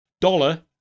dollar